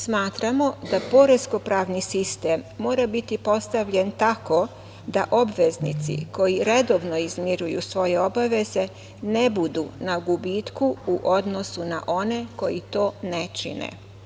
Smatramo da poresko pravni sistem mora biti postavljen tako da obveznici koji redovno izmiruju svoje obaveze ne budu na gubitku u odnosu na one koji to ne čine.